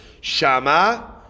Shama